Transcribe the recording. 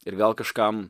ir gal kažkam